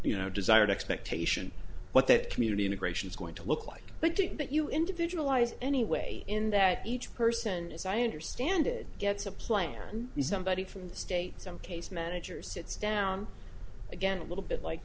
you know desired expectation what that community integration is going to look like but didn't you individualize anyway in that each person as i understand it gets a plan b somebody from the state some case manager sits down again a little bit like